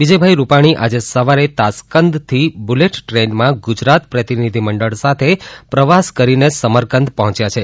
વિજયભાઈ રૂપાણી આજે સવારે તાસ્કન્ડ થી બુલેટ ટ્રેન માં ગુજરાત પ્રતિનિધિમંડળ સાથે પ્રવાસ કરીને સમરકંદ પહોંચ્યા છે